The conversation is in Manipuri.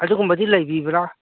ꯑꯗꯨꯒꯨꯝꯕꯗꯤ ꯂꯩꯕꯤꯕ꯭ꯔ